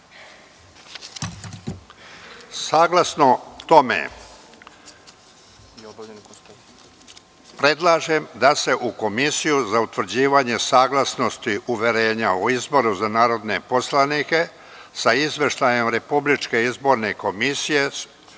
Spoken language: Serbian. konsultacijama, predlažem da se u Komisiju za utvrđivanje saglasnosti uverenja o izboru za narodnog poslanika sa Izveštajem Republičke izborne komisije